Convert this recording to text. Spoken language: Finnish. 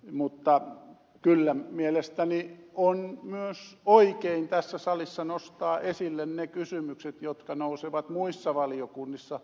mutta kyllä mielestäni on myös oikein tässä salissa nostaa esille ne kysymykset jotka nousevat muissa valiokunnissa